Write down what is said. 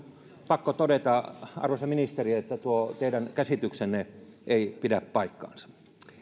pakko todeta arvoisa ministeri että tuo teidän käsityksenne ei pidä paikkaansa